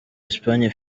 espagne